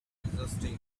exhaustion